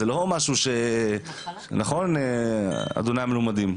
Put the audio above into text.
נכון, אדוניי המלומדים?